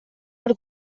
per